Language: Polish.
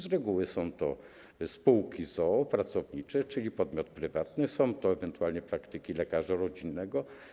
Z reguły są to spółki z o.o., pracownicze, czyli podmiot prywatny, są to ewentualnie praktyki lekarza rodzinnego.